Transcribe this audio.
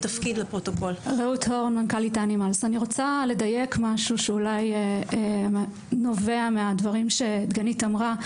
אני רוצה לדייק משהו שאולי נובע מהדברים שדגנית אמרה.